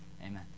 Amen